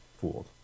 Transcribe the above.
fooled